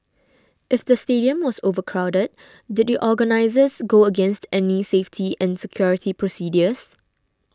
if the stadium was overcrowded did the organisers go against any safety and security procedures